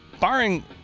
barring